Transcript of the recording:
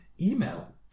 email